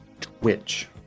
twitch